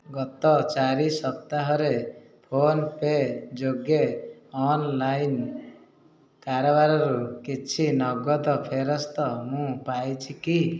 ଗତ ଚାରି ସପ୍ତାହରେ ଫୋନ୍ପେ ଯୋଗେ ଅନଲାଇନ କାରବାରରୁ କିଛି ନଗଦ ଫେରସ୍ତ ମୁଁ ପାଇଛି କି